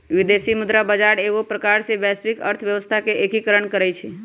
विदेशी मुद्रा बजार एगो प्रकार से वैश्विक अर्थव्यवस्था के एकीकरण करइ छै